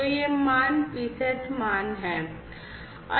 तो ये मान pset मान हैं